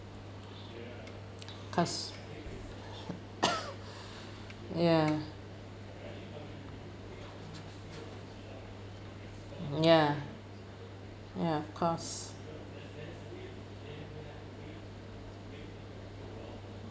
cause ya ya ya of course